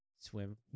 swim